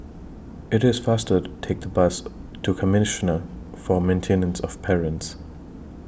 IT IS faster to Take The Bus to Commissioner For Maintenance of Parents